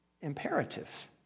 imperative